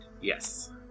yes